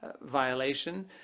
violation